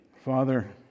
Father